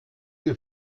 ihr